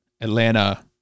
Atlanta